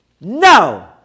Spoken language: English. No